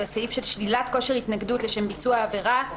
הסעיף של שלילת כושר התנגדות לשם ביצוע עבירה.